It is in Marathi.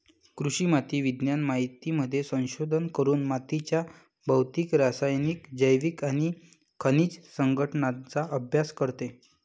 कृषी माती विज्ञान मातीमध्ये संशोधन करून मातीच्या भौतिक, रासायनिक, जैविक आणि खनिज संघटनाचा अभ्यास करते